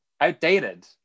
Outdated